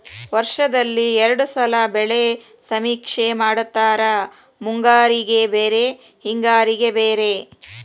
ವರ್ಷದಲ್ಲಿ ಎರ್ಡ್ ಸಲಾ ಬೆಳೆ ಸಮೇಕ್ಷೆ ಮಾಡತಾರ ಮುಂಗಾರಿಗೆ ಬ್ಯಾರೆ ಹಿಂಗಾರಿಗೆ ಬ್ಯಾರೆ